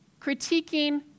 Critiquing